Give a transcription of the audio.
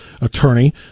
attorney